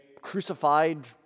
crucified